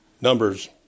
Numbers